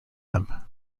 them